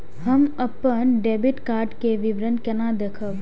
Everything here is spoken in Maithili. हम अपन डेबिट कार्ड के विवरण केना देखब?